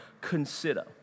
consider